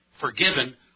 forgiven